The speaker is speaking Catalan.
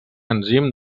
enzim